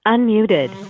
Unmuted